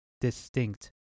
distinct